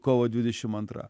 kovo dvidešim antra